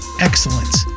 excellence